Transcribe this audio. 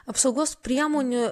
apsaugos priemonių